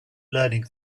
learning